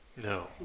No